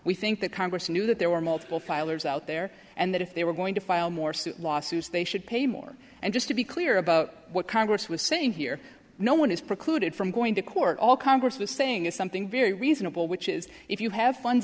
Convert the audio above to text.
we think that congress knew that there were multiple filers out there and that if they were going to file more lawsuits they should pay more and just to be clear about what congress was saying here no one is precluded from going to court all congress was saying is something very reasonable which is if you have funds